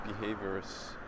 behaviors